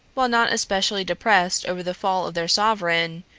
while not especially depressed over the fall of their sovereign,